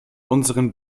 unseren